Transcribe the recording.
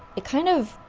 it kind of.